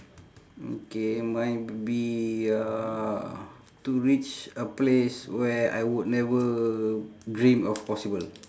okay mine would be uh to reach a place where I would never dream of possible